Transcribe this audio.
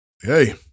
Hey